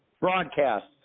broadcast